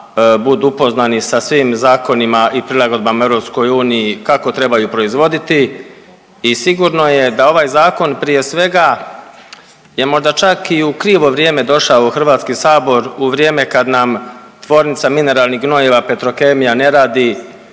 budu upoznani sa svim zakonima i prilagodbama EU kako trebaju proizvoditi. I sigurno je da ovaj zakon prije svega je možda čak i u krivo vrijeme došao u HS u vrijeme kad nam tvornica mineralnih gnojiva Petrokemija ne radi,